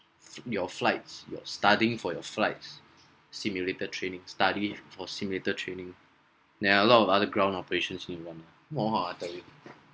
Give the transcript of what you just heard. f~ your flights your studying for your flight simulator training study for simulator training then a lot of other ground operations you run !wah! I tell you